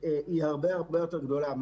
היא הרבה יותר גדולה.